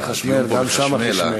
גם שם מחשמל.